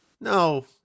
No